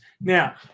Now